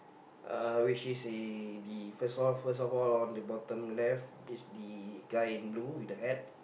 uh which is a the first off first of all on the bottom left it's the guy in blue with the hat